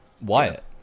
Wyatt